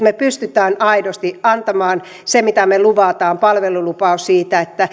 me pystymme aidosti antamaan sen mitä me lupaamme palvelulupauksen siitä